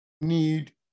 need